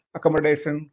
Accommodation